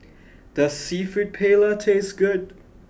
does seafood paella taste good